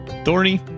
Thorny